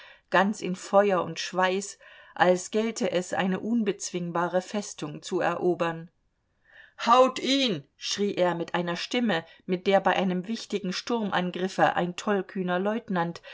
ganz in feuer und schweiß als gelte es eine unbezwingbare festung zu erobern haut ihn schrie er mit einer stimme mit der bei einem wichtigen sturmangriffe ein tollkühner leutnant